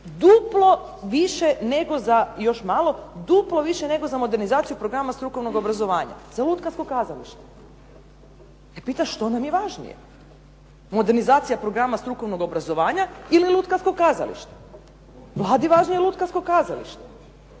Duplo više, još malo, duplo više nego za modernizaciju programa strukovnog obrazovanja. Za lutkarsko kazalište. I pitam što nam je važnije? Modernizacija programa strukovnog obrazovanja ili lutkarsko kazalište? Vladi je važnije lutkarsko kazalište,